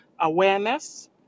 awareness